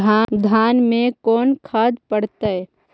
धान मे कोन खाद पड़तै?